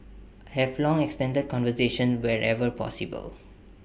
have long extended conversations wherever possible